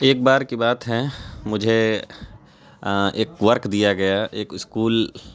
ایک بار کی بات ہے مجھے ایک ورک دیا گیا ایک اسکول